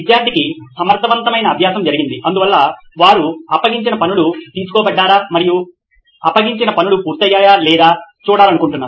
విద్యార్థికి సమర్థవంతమైన అభ్యాసం జరిగింది అందువల్ల వారు అప్పగించిన పనులు తీసుకోబడ్డారా మరియు అప్పగించిన పనులు పూర్తయ్యాయో లేదో చూడాలనుకుంటున్నారు